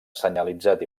senyalitzat